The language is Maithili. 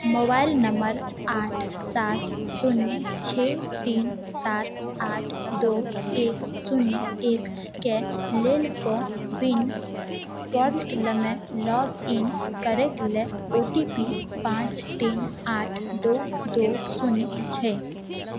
मोबाइल नंबर आठ सात शून्य छओ तीन सात आठ दू एक शून्य एक के लेल को विन पोर्टलमे लॉग इन करैक लेल ओटीपी पाँच तीन आठ दू दू शून्य अछि